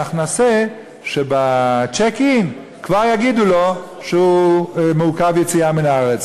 אנחנו נעשה שב-check in כבר יגידו לו שהוא מעוכב יציאה מן הארץ.